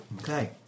Okay